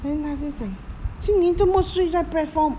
then 他就讲 xin yi 怎么睡在 platform